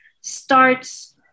starts